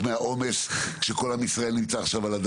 הגיע לנתב"ג לישראל עם אשרת עולה בדרכון,